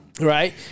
Right